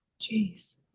Jeez